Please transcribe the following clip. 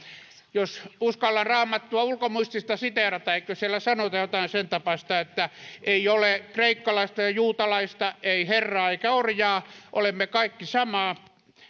jos uskallan raamattua ulkomuistista siteerata eikö siellä sanota jotain sentapaista että ei ole kreikkalaista ja juutalaista ei herraa eikä orjaa olemme kaikki samaa